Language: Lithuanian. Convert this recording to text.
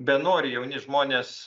benori jauni žmonės